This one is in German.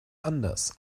anders